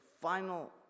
final